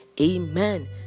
Amen